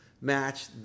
match